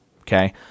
Okay